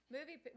Movie